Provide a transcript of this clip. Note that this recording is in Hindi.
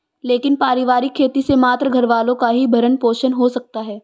लेकिन पारिवारिक खेती से मात्र घरवालों का ही भरण पोषण हो सकता है